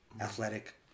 athletic